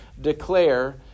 declare